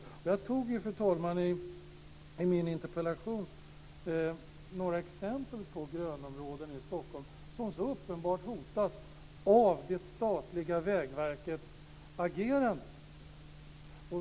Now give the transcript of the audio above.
Jag tog ju, fru talman, i min interpellation några exempel på grönområden i Stockholm som så uppenbart hotas av det statliga Vägverkets agerande.